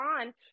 on